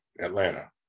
Atlanta